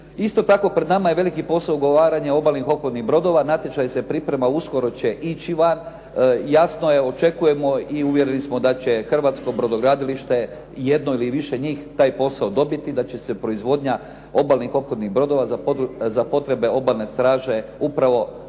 Isto tako, pred nama je veliki posao ugovaranja obalnih ophodnih brodova. Natječaj se priprema, uskoro će ići van. Jasno je, očekujemo i uvjereni smo da će hrvatsko brodogradilište, jedno ili više njih taj posao dobiti, da će se proizvodnja obalnih ophodnih brodova za potrebe Obalne straže upravo dešavati,